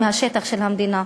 מהשטח של המדינה,